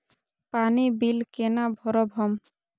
पानी बील केना भरब हम?